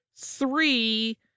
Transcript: three